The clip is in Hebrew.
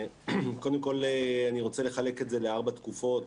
אני רוצה ברשותכם לחלק את התשתית לארבע תקופות.